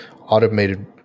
automated